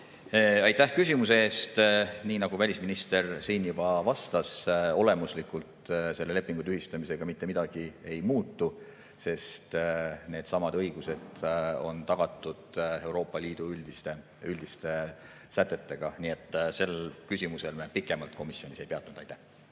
Aitäh küsimuse eest! Nii nagu välisminister siin vastates ütles, olemuslikult selle lepingu tühistamisega mitte midagi ei muutu, sest needsamad õigused on tagatud Euroopa Liidu üldiste sätetega. Sel küsimusel me pikemalt komisjonis ei peatunud. Aitäh